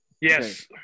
Yes